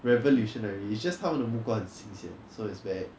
revolutionary it's just 他们的木瓜很新鲜 so it's very